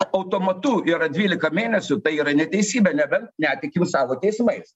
automatu yra dvylika mėnesių tai yra neteisybė nebent netikim savo teismais